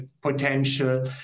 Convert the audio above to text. potential